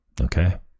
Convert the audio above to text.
Okay